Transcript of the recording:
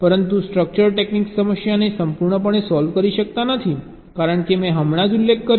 પરંતુ structure techniques સમસ્યાને સંપૂર્ણપણે સોલ્વ કરી શકે છે કારણ કે મેં હમણાં જ ઉલ્લેખ કર્યો છે